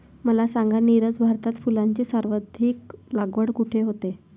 मला सांगा नीरज, भारतात फुलांची सर्वाधिक लागवड कुठे होते?